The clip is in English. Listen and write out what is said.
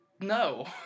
no